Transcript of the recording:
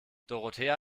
dorothea